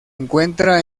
encuentra